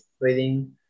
reading